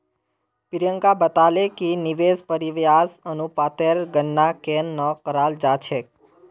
प्रियंका बताले कि निवेश परिव्यास अनुपातेर गणना केन न कराल जा छेक